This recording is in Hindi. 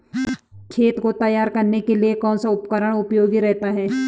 खेत को तैयार करने के लिए कौन सा उपकरण उपयोगी रहता है?